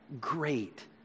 great